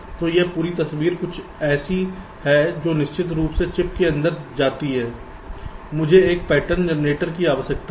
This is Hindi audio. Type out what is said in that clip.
तो यह पूरी तस्वीर कुछ ऐसी है जो निश्चित रूप से चिप के अंदर जाती है मुझे एक पैटर्न जनरेटर की आवश्यकता है